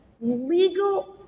legal